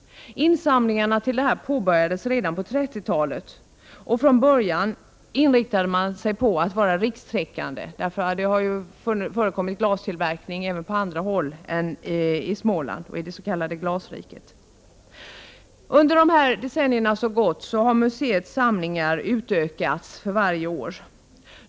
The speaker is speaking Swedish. Insamlingarna påbörjades redan på 1930-talet. Från början inriktade man sig på att vara rikstäckande. Det har ju förekommit glastillverkning även på andra håll än i Småland, i det s.k. Glasriket. Under de decennier som gått har museets samlingar utökats för varje år.